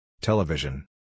Television